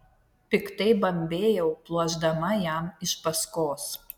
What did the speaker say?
piktai bambėjau pluošdama jam iš paskos